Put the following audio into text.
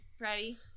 ready